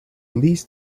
least